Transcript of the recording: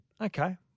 Okay